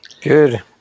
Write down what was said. Good